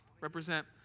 represent